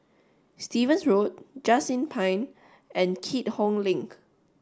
Stevens Road Just Inn Pine and Keat Hong Link